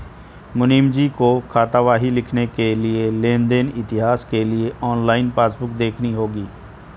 मुनीमजी को खातावाही लिखने के लिए लेन देन इतिहास के लिए ऑनलाइन पासबुक देखनी होगी